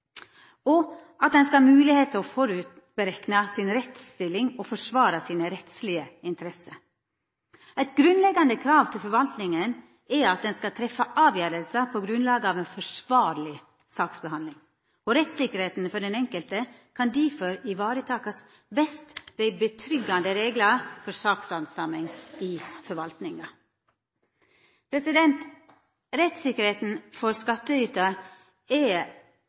og at ein skal ha moglegheit til å berekna rettsstillinga si på førehand og forsvara sine rettslege interesser. Eit grunnleggjande krav til forvaltninga er at ho skal treffa avgjersler på grunnlag av ei forsvarleg sakshandsaming. Rettssikkerheita for den enkelte kan difor varetakast best ved tillitvekkjande reglar for sakshandsaming i forvaltninga. Rettssikkerheita for skattytar er